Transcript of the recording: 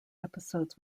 episodes